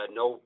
no